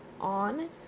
on